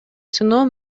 сыноо